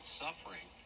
suffering